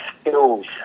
skills